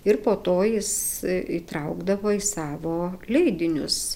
ir po to jis įtraukdavo į savo leidinius